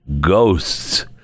ghosts